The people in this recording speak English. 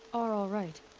are alright?